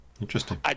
Interesting